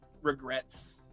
Regrets